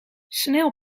snel